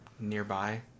Nearby